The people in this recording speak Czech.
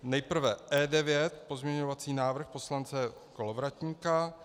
Nejprve E9 pozměňovací návrh poslance Kolovratníka.